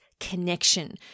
connection